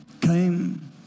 came